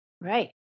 Right